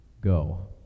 go